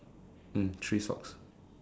mm three socks